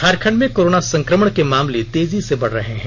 झारखंड में कोरोना संकमण के मामले तेजी से बढ़ रहे हैं